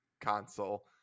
console